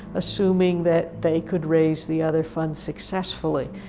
assuming that they could raise the other funds successfully.